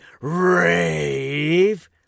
Rave